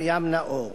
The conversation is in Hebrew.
כבוד השופטת מרים נאור.